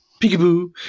peekaboo